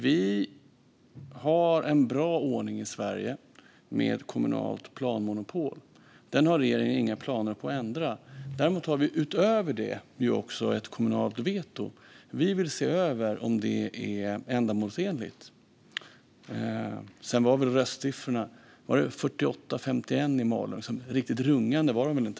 Vi har en bra ordning i Sverige med kommunalt planmonopol. Den har regeringen inga planer på att ändra. Däremot har vi nu utöver det ett kommunalt veto. Vi vill se över om det är ändamålsenligt. Sedan var väl röstsiffrorna i procent 48 mot 51 i Malung. Så riktigt rungande var det väl inte.